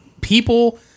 people